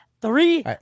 Three